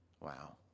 Wow